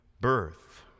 birth